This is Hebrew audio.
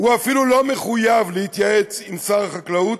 "הוא אפילו לא מחויב להתייעץ עם שר החקלאות.